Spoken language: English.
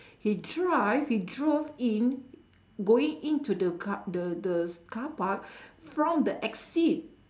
he drive he drove in going into the car the the car park from the exit